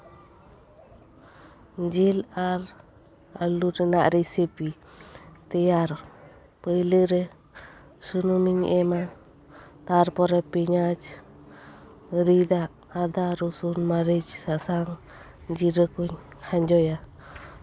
ᱡᱮᱥ ᱟᱨ ᱟᱥᱩ ᱨᱮᱱᱟᱜ ᱨᱮᱥᱤᱯᱤ ᱛᱮᱭᱟᱨ ᱯᱟᱹᱭᱞᱟᱹ ᱨᱮ ᱥᱩᱱᱩᱢᱤᱧ ᱮᱢᱟ ᱛᱟᱨᱯᱚᱨᱮ ᱯᱮᱭᱟᱸᱡ ᱨᱤᱫᱟᱜ ᱟᱫᱟ ᱨᱚᱥᱩᱱ ᱢᱟᱨᱤᱪ ᱥᱟᱥᱟᱝ ᱡᱤᱨᱟᱹ ᱠᱩᱧ ᱠᱷᱟᱸᱡᱚᱭᱟ